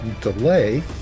delay